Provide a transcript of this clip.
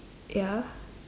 ya